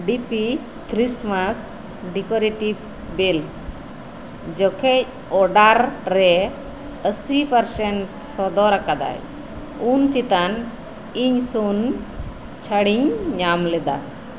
ᱰᱤ P Christmas decorative bells ᱡᱚᱠᱷᱮᱡ order ᱨᱮ ᱟᱹᱥᱤ ᱯᱟᱨᱥᱮᱱ ᱥᱚᱫᱚᱨ ᱟᱠᱟᱫᱟᱭ ᱩᱱ ᱪᱮᱛᱟᱱ ᱤᱧ ᱥᱩᱱ ᱪᱷᱟᱹᱲᱤᱧ ᱧᱟᱢ ᱞᱮᱫᱟ